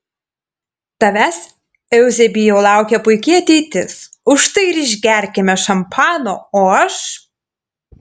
tavęs euzebijau laukia puiki ateitis už tai ir išgerkime šampano o aš